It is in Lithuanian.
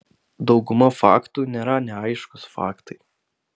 dauguma faktų nėra neaiškūs faktai